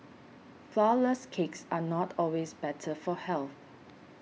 Flourless Cakes are not always better for health